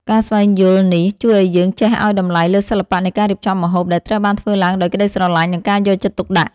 ការស្វែងយល់នេះជួយឱ្យយើងចេះឱ្យតម្លៃលើសិល្បៈនៃការរៀបចំម្ហូប ដែលត្រូវបានធ្វើឡើងដោយក្តីស្រឡាញ់ និងការយកចិត្តទុកដាក់។